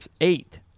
eight